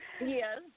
Yes